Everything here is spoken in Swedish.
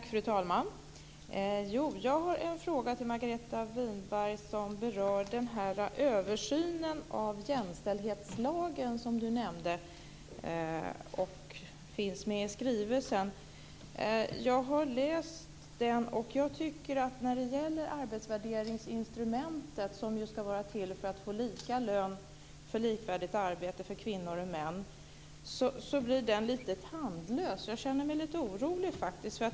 Fru talman! Jag har en fråga om berör den översyn av jämställdhetslagen som ministern nämnde och som finns med i skrivelsen. Jag har läst den, och jag tycker att arbetsvärderingsinstrumentet, som ju ska vara till för att kvinnor och män ska få lika lön för likvärdigt arbete, är lite tandlöst. Jag känner mig lite orolig.